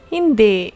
Hindi